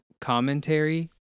commentary